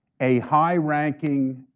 a high-ranking